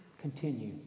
Continue